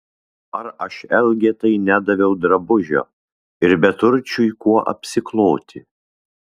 ar aš elgetai nedaviau drabužio ir beturčiui kuo apsikloti